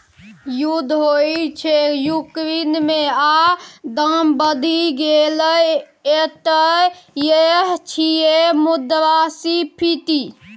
युद्ध होइ छै युक्रेन मे आ दाम बढ़ि गेलै एतय यैह छियै मुद्रास्फीति